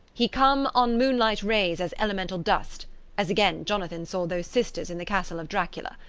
he come on moonlight rays as elemental dust as again jonathan saw those sisters in the castle of dracula.